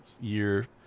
year